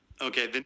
Okay